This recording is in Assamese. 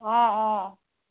অঁ অঁ